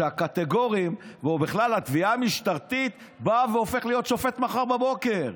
שהקטגורים או בכלל התביעה המשטרתית הופכת להיות שופטת מחר בבוקר.